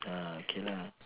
okay